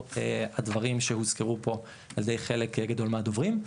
הדברים שהוזכרו פה על-ידי חלק גדול מהדוברים.